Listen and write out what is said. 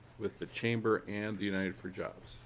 with ah chamber and united for jobs?